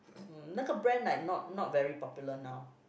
mm 那个 brand like not not very popular now